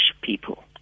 people